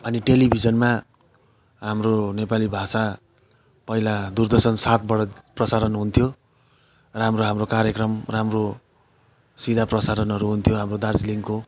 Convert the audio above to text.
अनि टेलिभिजनमा हाम्रो नेपाली भाषा पहिला दुरदर्शन सातबाट प्रसारण हुन्थ्यो राम्रो हाम्रो कार्यक्रम राम्रो सिधा प्रसारणहरू हुन्थ्यो हाम्रो दार्जिलिङको